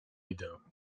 idę